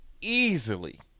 easily